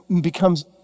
becomes